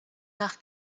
nach